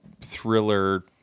thriller